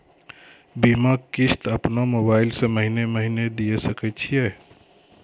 बीमा किस्त अपनो मोबाइल से महीने महीने दिए सकय छियै?